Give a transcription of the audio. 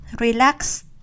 relax